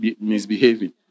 misbehaving